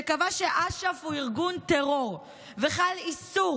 שקבע שאש"ף הוא ארגון טרור וחל איסור